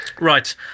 Right